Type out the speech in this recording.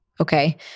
Okay